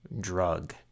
drug